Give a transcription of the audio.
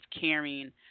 caring